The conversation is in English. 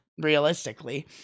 realistically